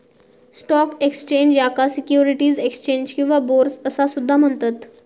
stock exchange, याका securities exchange किंवा bourse असा सुद्धा म्हणतत